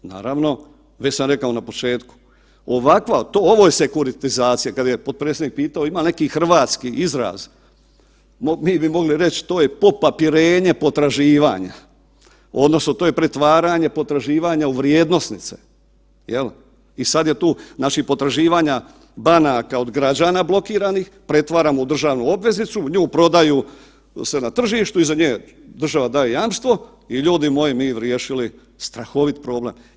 Naravno, već sam rekao na početku ovo je sekuritizacija, kada je potpredsjednik pitao ima li neki hrvatski izraz, mi bi mogli reć to je popapirenje potraživanje odnosno to je pretvaranje pretraživanja u vrijednosnice, sad je tu potraživanja banaka od građana blokiranih pretvaramo u državnu obveznicu, nju prodaju na tržištu iza nje država daje jamstvo i ljudi moji mi riješili strahovit problem.